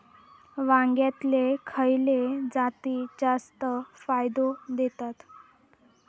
वांग्यातले खयले जाती जास्त फायदो देतत?